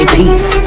peace